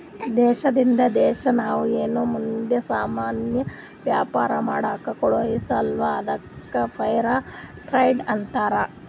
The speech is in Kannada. ದೇಶದಿಂದ್ ದೇಶಾ ನಾವ್ ಏನ್ ನಮ್ದು ಸಾಮಾನ್ ವ್ಯಾಪಾರ ಮಾಡ್ಲಕ್ ಕಳುಸ್ತಿವಲ್ಲ ಅದ್ದುಕ್ ಫೇರ್ ಟ್ರೇಡ್ ಅಂತಾರ